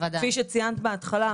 כפי שציינת בהתחלה,